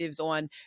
on